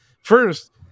first